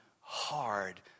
hard